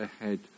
ahead